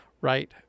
right